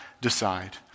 decide